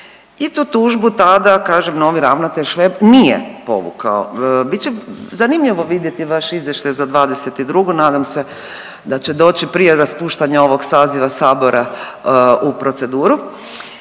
i tu tužbu tada kažem novi ravnatelj Šveb nije povukao. Bit će zanimljivo vidjeti vaš izvještaj za '22., nadam se da će doći prije raspuštanja ovog saziva Sabora u proceduru,